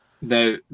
Now